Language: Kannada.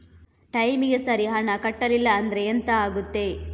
ಟೈಮಿಗೆ ಸರಿ ಹಣ ಕಟ್ಟಲಿಲ್ಲ ಅಂದ್ರೆ ಎಂಥ ಆಗುತ್ತೆ?